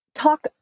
Talk